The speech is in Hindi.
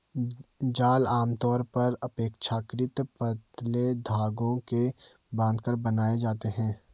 जाल आमतौर पर अपेक्षाकृत पतले धागे को बांधकर बनाए जाते हैं